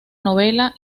novela